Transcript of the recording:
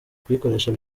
kuyikoresha